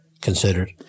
Considered